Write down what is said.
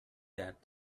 that